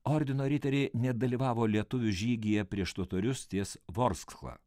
ordino riteriai nedalyvavo lietuvių žygyje prieš totorius ties vorskla